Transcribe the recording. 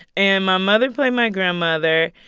and my mother played my grandmother,